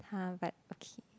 [huh] but okay